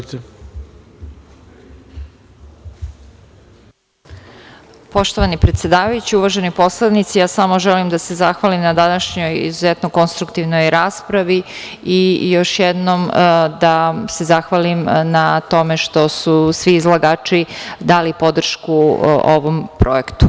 Poštovani predsedavajući, uvaženi poslanici, ja samo želim da se zahvalim na današnjoj izuzetno konstruktivnoj raspravi i još jednom da se zahvalim na tome što su svi izlagači dali podršku ovom projektu.